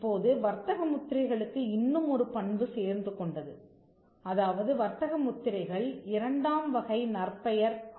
இப்போது வர்த்தக முத்திரைகளுக்கு இன்னுமொரு பண்பு சேர்ந்துகொண்டது அதாவது வர்த்தக முத்திரைகள் இரண்டாம் வகை நற்பெயர் ஆக ஆகின